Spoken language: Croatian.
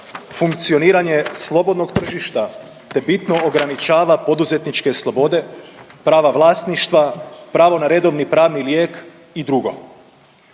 funkcioniranje slobodnog tržišta te bitno ograničava poduzetničke slobode, prava vlasništva, pravo na redovni pravni lijek i drugo.